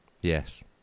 Yes